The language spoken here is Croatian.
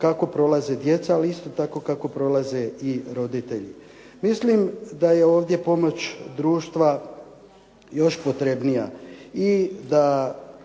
kako prolaze djeca ali isto tako kako prolaze roditelji. Mislim da je ovdje pomoć društva još potrebnija